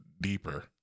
deeper